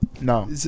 no